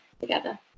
together